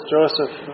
Joseph